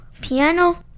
piano